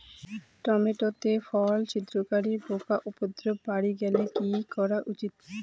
Tomato তে ফল ছিদ্রকারী পোকা উপদ্রব বাড়ি গেলে কি করা উচিৎ?